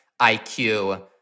IQ